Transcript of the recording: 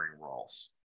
roles